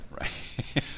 right